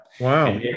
Wow